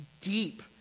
deep